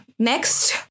Next